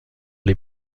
les